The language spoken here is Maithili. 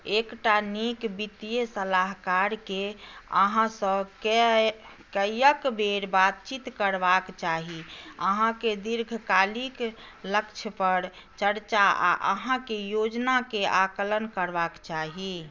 एकटा नीक वित्तीय सलाहकारकेँ अहाँसँ कै कैअक बेर बातचीत करबाक चाही अहाँके दीर्घकालिक लक्ष्यपर चर्चा आ अहाँकेँ योजनाके आँकलन करबाक चाही